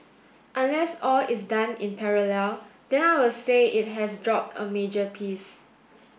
unless all is done in parallel then I will say it has dropped a major piece